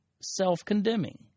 self-condemning